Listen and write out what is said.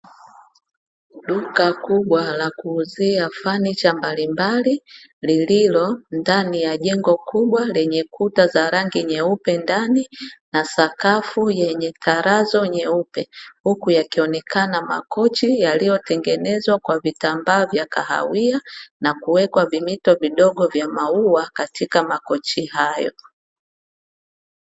Duka kubwa la kuuzia fanicha mbalimbali, lililo ndani ya jengo kubwa lenye kuta za rangi nyeupe ndani, na sakafu yenye tarazo nyeupe, huku yakionekana makochi yaliyotengenezwa kwa vitambaa vya kahawia, na kuwekwa vimito vidogo vya maua katika makochi hayo.